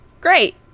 great